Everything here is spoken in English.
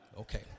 Okay